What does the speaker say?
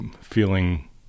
feeling